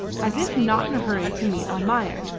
as if not in a hurry to meet almayer,